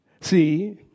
See